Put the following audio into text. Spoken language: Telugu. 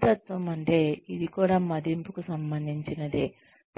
సున్నితత్వం అంటే ఇది కూడా మదింపుకు సంబందిచినదే